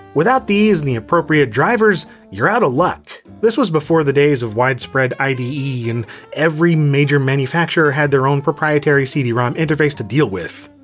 without these and the appropriate drivers you're outta luck. this was before the days of widespread ide, and every major manufacturer had their own proprietary cd-rom interface to deal with.